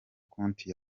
konti